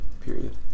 period